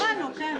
הבנו, כן.